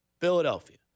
Philadelphia